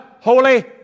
Holy